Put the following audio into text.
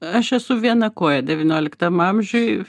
aš esu viena koja devynioliktam amžiuj